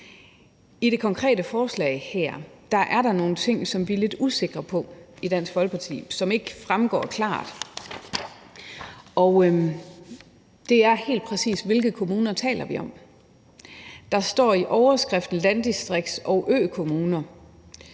I det konkrete forslag her er der nogle ting, vi er lidt usikre på i Dansk Folkeparti, som ikke fremgår klart, og det er helt præcist: Hvilke kommuner taler vi om? Der står i overskriften: Landdistrikts- og økommuner.